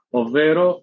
ovvero